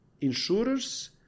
insurers